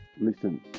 listen